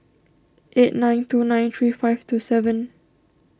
eight nine two nine three five two seven